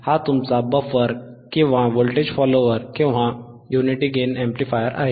हा तुमचा बफर किंवा व्होल्टेज फॉलोअर किंवा युनिटी गेन अॅम्प्लिफायर आहे